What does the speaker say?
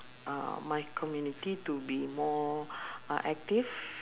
uh my community to be more uh active